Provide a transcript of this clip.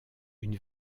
une